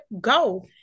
go